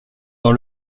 dans